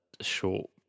short